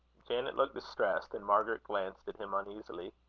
janet looked distressed, and margaret glanced at him uneasily.